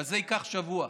אבל זה ייקח שבוע,